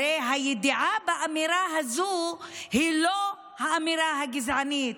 הרי הידיעה באמירה הזו היא לא האמירה הגזענית,